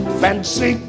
fancy